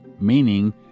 meaning